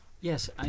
yes